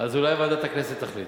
אז אולי ועדת הכנסת תחליט.